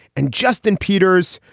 and justin peters,